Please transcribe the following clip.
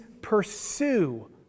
pursue